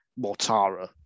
Mortara